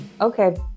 okay